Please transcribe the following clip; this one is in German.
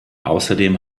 außerdem